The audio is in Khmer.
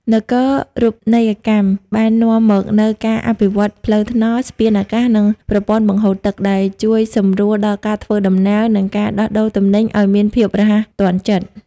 នគរូបនីយកម្មបាននាំមកនូវការអភិវឌ្ឍផ្លូវថ្នល់ ស្ពានអាកាស និងប្រព័ន្ធបង្ហូរទឹក ដែលជួយសម្រួលដល់ការធ្វើដំណើរ និងការដោះដូរទំនិញឱ្យមានភាពរហ័សទាន់ចិត្ត។